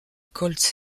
koltz